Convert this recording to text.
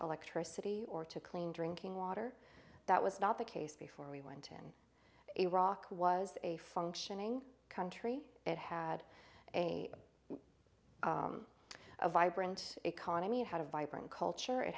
electricity or to clean drinking water that was not the case before we went in iraq was a functioning country it had a vibrant economy had a vibrant culture it